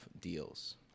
deals